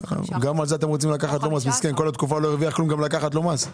אין רווח, גם לקחת לו מס?